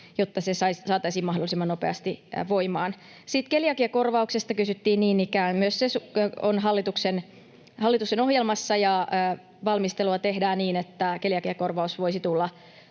jotta se saataisiin mahdollisimman nopeasti voimaan. Sitten keliakiakorvauksesta kysyttiin niin ikään: myös se on hallituksen ohjelmassa, ja valmistelua tehdään niin, että keliakiakorvaus voisi tulla